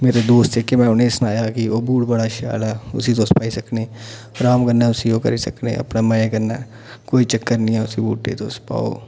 मेरे दोस्त इक्कै बारी उनेंगी सनाया कि ओह् बूट बड़ा शैल ऐ उसी तुस पाई सकने अराम कन्नै उसी ओह् करी सकने अपने मजे कन्नै कोई चक्कर नी ऐ उस बूटै गी तुस पाओ